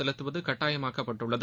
செலுத்துவது கட்டாயமாக்கப்பட்டுள்ளது